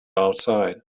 outside